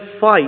fight